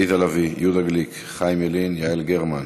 עליזה לביא, יהודה גליק, חיים ילין, יעל גרמן.